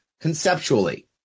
conceptually